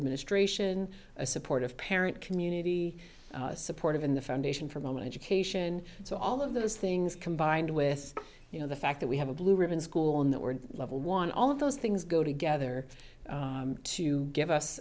administration a supportive parent community supportive in the foundation for moment education so all of those things combined with you know the fact that we have a blue ribbon school and that we're level one all of those things go together to give us